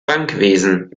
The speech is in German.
bankwesen